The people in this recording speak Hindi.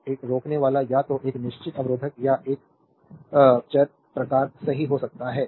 तो एक रोकनेवाला या तो यह एक निश्चित अवरोधक या एक चर प्रकार सही हो सकता है